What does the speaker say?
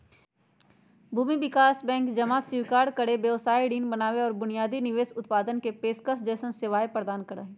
भूमि विकास बैंक जमा स्वीकार करे, व्यवसाय ऋण बनावे और बुनियादी निवेश उत्पादन के पेशकश जैसन सेवाएं प्रदान करा हई